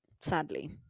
Sadly